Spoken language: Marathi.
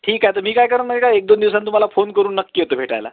ठीक आहे तर मी काय करनं नाही का एक दोन दिवासांनी तुम्हाला फोन करून नक्की येतो भेटायला